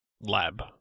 lab